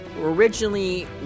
originally